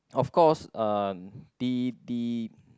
of course uh the the